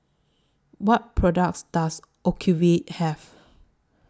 What products Does Ocuvite Have